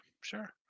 Sure